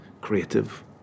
creative